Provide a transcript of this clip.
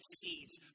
seeds